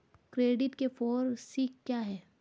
Credit के four C क्या हैं?